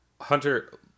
Hunter